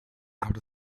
out